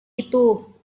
itu